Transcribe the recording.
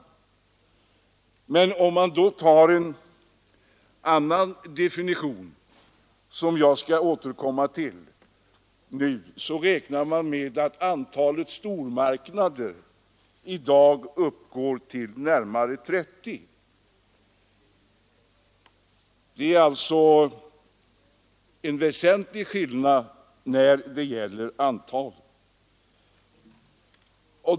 Men med en annan definition, som jag skall återkomma till, räknar man med att antalet stormarknader i dag uppgår till närmare 30 — alltså en väsentlig skillnad när det gäller antalet.